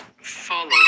follow